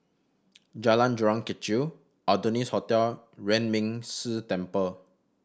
Jalan Jurong Kechil Adonis Hotel Yuan Ming Si Temple